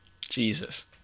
Jesus